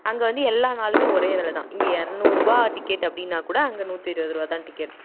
அங்கே வந்து எல்லா நாளுமே ஒரே வெல தான் இங்கே இரநூறுவா டிக்கெட் அப்படின்னா கூட அங்கே நூற்றி இருபதுருவாதான் டிக்கெட்